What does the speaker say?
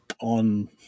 on